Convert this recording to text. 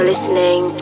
Listening